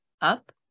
up